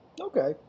Okay